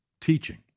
teaching